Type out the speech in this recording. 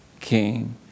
King